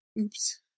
Oops